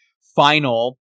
final